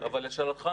אבל לשאלתך,